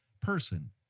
person